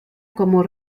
como